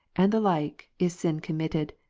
and the like, is sin committed,